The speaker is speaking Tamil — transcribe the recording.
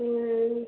ம் ம்